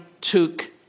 took